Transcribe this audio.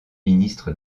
ministre